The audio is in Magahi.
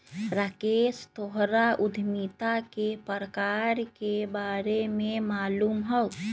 राकेश तोहरा उधमिता के प्रकार के बारे में मालूम हउ